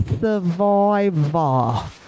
survivor